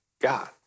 God